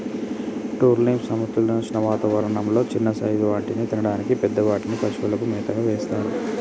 turnip సమశీతోష్ణ వాతావరణం లొ చిన్న సైజ్ వాటిని తినడానికి, పెద్ద వాటిని పశువులకు మేతగా వేస్తారు